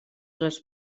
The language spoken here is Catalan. les